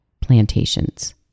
plantations